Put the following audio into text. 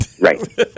right